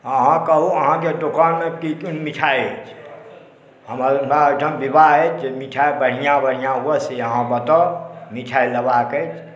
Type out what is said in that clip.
अहाँ कहू अहाँके दोकानमे की की मिठाइ अछि हमरा एहिठाम विवाह अछि जे मिठाइ बढ़िआँ बढ़िआँ हुए से अहाँ बताउ मिठाइ लेबाक अछि